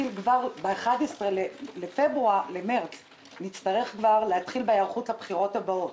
ב-11 במרץ נצטרך להתחיל בהיערכות לבחירות הבאות.